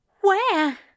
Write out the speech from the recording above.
Where